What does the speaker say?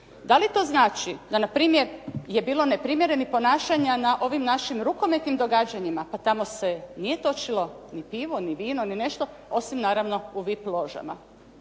Da li to znači da npr. je bilo neprimjerenih ponašanja na ovim našim rukometnim događanjima? Pa tamo se nije točilo ni pivo, ni vino, ni nešto, osim naravno u vip ložama,